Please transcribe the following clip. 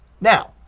Now